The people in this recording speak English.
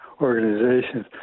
organizations